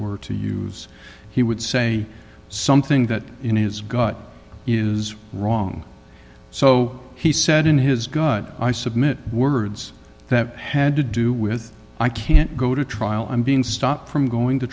were to use he would say something that in his gut is wrong so he said in his gut i submit words that had to do with i can't go to trial i'm being stopped from going to